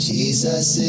Jesus